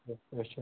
أسۍ چھِ